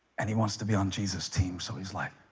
and he wants to be on jesus team, so he's like